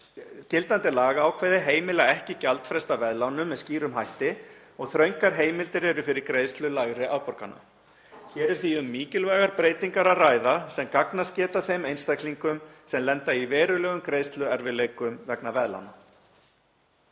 Gildandi lagaákvæði heimila ekki gjaldfrest af veðlánum með skýrum hætti og þröngar heimildir eru fyrir greiðslu lægri afborgana. Hér er því um mikilvægar breytingar að ræða sem gagnast geta þeim einstaklingum sem lenda í verulegum greiðsluerfiðleikum vegna veðlána.